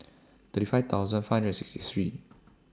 thirty five thousand five hundred and sixty three